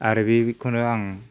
आरो बेखौनो आं